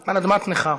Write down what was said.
על אדמת נכר.